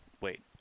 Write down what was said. wait